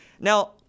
Now